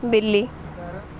بلی